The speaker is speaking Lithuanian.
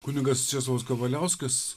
kunigas česlovas kavaliauskas